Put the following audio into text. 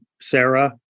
Sarah